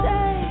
Say